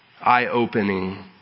eye-opening